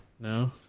No